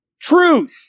truth